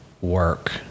work